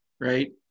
right